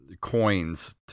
coins